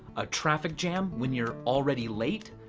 a traffic jam when you're already late.